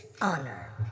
honor